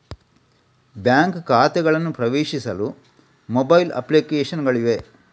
bank ಖಾತೆಗಳನ್ನು ಪ್ರವೇಶಿಸಲು mobile application ಗಳಿವೆ